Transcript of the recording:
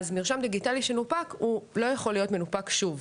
מרשם דיגיטלי שנופק לא יכול להיות מנופק שוב.